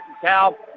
Cal